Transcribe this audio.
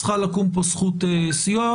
צריכה לקום פה זכות סיוע.